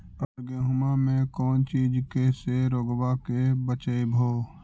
अबर गेहुमा मे कौन चीज के से रोग्बा के बचयभो?